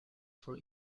for